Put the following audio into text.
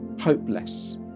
hopeless